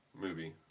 movie